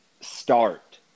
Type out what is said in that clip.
start